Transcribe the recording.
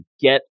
get